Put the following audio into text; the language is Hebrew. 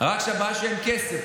רק הבעיה היא שאין כסף,